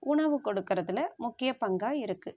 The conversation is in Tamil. உணவு கொடுக்கறதில் முக்கிய பங்காக இருக்கு